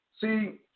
See